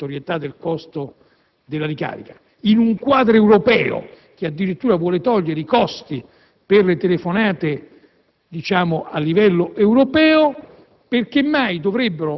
(quello che toglie l'obbligatorietà del costo della ricarica, in un quadro europeo che addirittura vuole togliere i costi per le telefonate a livello europeo),